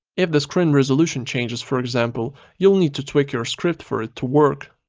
if the screen resolution changes for example you'll need to tweak your script for it to work.